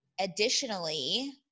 additionally